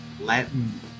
Latin